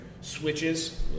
switches